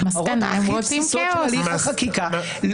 ההוראות הכי בסיסיות של הליך החקיקה,